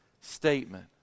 statement